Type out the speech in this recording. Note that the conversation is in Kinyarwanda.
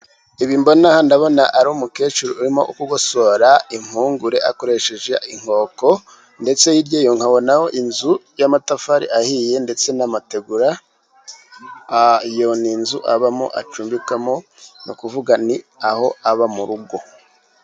Ibi mbona aha, ndabona ari umukecuru urimo kugosora impungure akoresheje inkoko, ndetse hirya yaho nkabonaho inzu y'amatafari ahiye ndetse n'amategura iyo ni inzu abamo, acumbikamo, ni ukuvuga ni aho aba mu rugo.